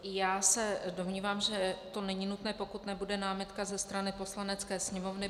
Já se domnívám, že to není nutné, pokud nebude námitka ze strany Poslanecké sněmovny.